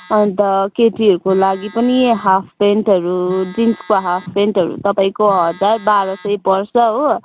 अन्त केटीहरूको लागि पनि हाफप्यान्टहरू जिन्सको हाफप्यान्टहरू तपाईँको हजार बाह्र सय पर्छ हो